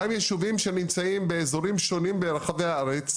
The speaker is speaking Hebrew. גם ישובים שנמצאים באזורים שונים ברחבי הארץ,